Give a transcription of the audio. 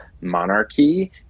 monarchy